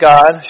God